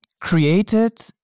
created